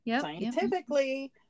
scientifically